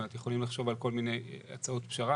זאת אומרת יכולים לחשוב על כל מיני הצעות פשרה,